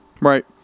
Right